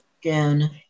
again